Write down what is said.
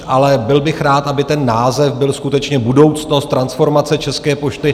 Ale byl bych rád, aby ten název byl skutečně Budoucnost transformace České pošty.